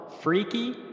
Freaky